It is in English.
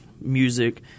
music